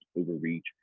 overreach